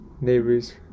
neighbors